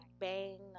Bang